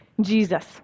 Jesus